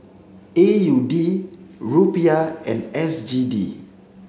A U D Rupiah and S G D